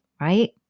right